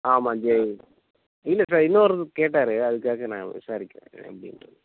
ஆமாம் ஜேஇ இல்லை சார் இன்னொரு கேட்டார் அதுக்காக நான் விசாரிக்கிறேன் எல்லாம் எப்படின்ட்டு